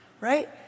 Right